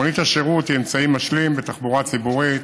מונית השירות היא אמצעי משלים בתחבורה ציבורית,